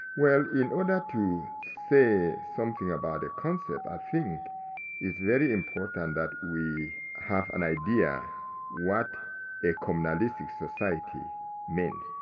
well in order to say something about a concept, i think it's very important that we have an idea what a communalistic society means.